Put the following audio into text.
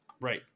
Right